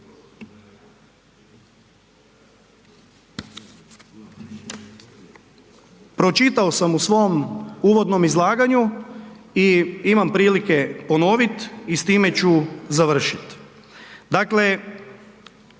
Pročitao sam u svom uvodnom izlaganju i imam prilike ponoviti i s time ću završiti.